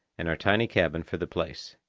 and our tiny cabin for the place.